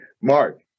Mark